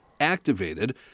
activated